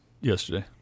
yesterday